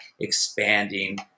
expanding